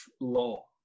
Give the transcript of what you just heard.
law